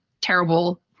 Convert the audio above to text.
terrible